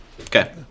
Okay